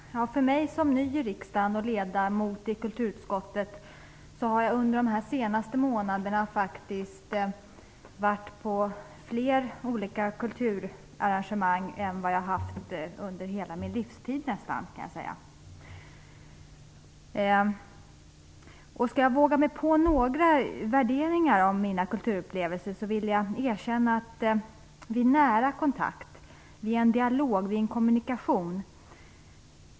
Herr talman! För mig som är ny i riksdagen och som ledamot i kulturutskottet har de senaste månaderna inneburit att jag har varit på fler kulturarrangemang än under min tidigare livstid nästan. Om jag skall våga mig på några värderingar av mina kulturupplevelser vill jag erkänna att mitt hjärta finns med i en nära kontakt, vid en dialog och vid en kommunikation.